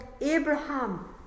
Abraham